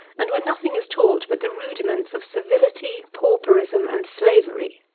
and where nothing is taught but the rudiments of servility, pauperism and slavery.